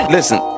Listen